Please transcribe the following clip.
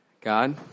God